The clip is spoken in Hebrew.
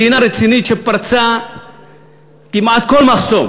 מדינה רצינית שפרצה כמעט כל מחסום,